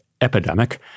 epidemic